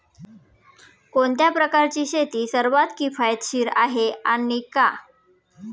कोणत्या प्रकारची शेती सर्वात किफायतशीर आहे आणि का?